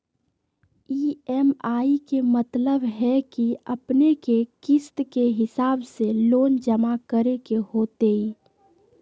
EMI के मतलब है कि अपने के किस्त के हिसाब से लोन जमा करे के होतेई?